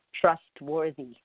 trustworthy